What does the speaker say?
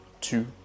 two